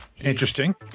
Interesting